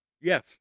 Yes